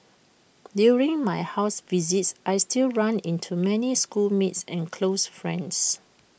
during my house visits I still run into many schoolmates and close friends